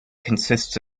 consists